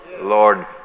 Lord